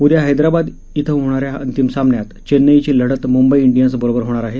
उद्या हैदराबाद श्व होणा या अंतिम सामन्यात चेन्नईची लढत मुंबई डियन्स बरोबर होणार आहे